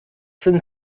sind